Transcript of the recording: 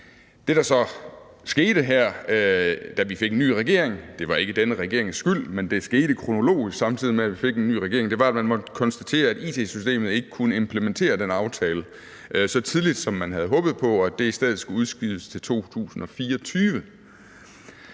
Det, der så skete, da vi fik en ny regering – det var ikke denne regerings skyld, men det skete, samtidig med at vi fik en ny regering – var, at man måtte konstatere, at it-systemet ikke kunne implementere den aftale så tidligt, som man havde håbet på, og at det i stedet skulle udskydes til 2024.